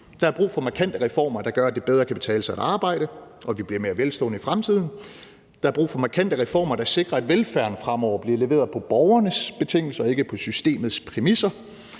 Der er brug for markante reformer, der gør, at det bedre kan betale sig at arbejde, og at vi bliver mere velstående i fremtiden. Der er brug for markante reformer, der sikrer, at velfærden fremover bliver leveret på borgernes betingelser og ikke på systemets præmisser.